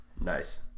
Nice